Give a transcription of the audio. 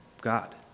God